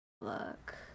Look